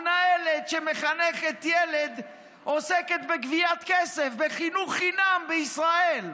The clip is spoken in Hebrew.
מנהלת שמחנכת ילד עוסקת בגביית כסף בחינוך חינם בישראל.